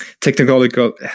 technological